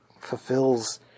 fulfills